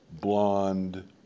blonde